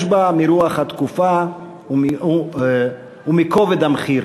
יש בה מרוח התקופה ומכובד המחיר.